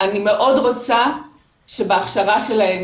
אני מאוד רוצה שבהכשרה שלהם